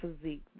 physique